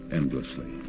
endlessly